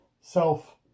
self